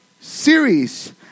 series